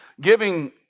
giving